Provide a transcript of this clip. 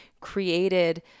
created